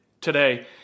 today